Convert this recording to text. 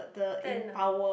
ten lah